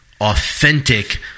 authentic